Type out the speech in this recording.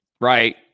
right